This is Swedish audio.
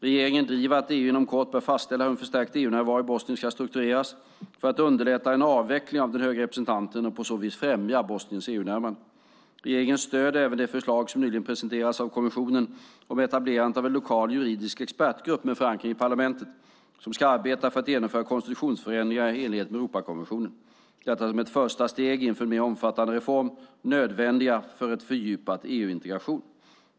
Regeringen driver att EU inom kort bör fastställa hur en förstärkt EU-närvaro i Bosnien ska struktureras för att underlätta en avveckling av den höga representanten och på så vis främja Bosniens EU-närmande. Regeringen stöder även det förslag som nyligen presenterades av kommissionen om etablerandet av en lokal juridisk expertgrupp, med förankring i parlamentet, som ska arbeta för att genomföra konstitutionsförändringar i enlighet med Europakonventionen. Detta är ett första steg inför mer omfattande reformer nödvändiga för en fördjupad EU-integration.